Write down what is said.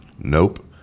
nope